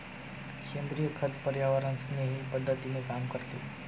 सेंद्रिय खत पर्यावरणस्नेही पद्धतीने काम करते